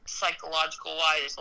psychological-wise